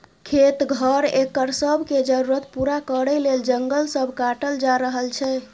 खेत, घर, एकर सब के जरूरत पूरा करइ लेल जंगल सब काटल जा रहल छै